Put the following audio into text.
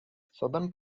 southern